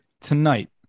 tonight